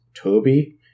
Toby